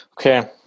Okay